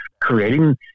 creating